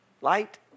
light